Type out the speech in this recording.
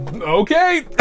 Okay